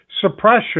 suppression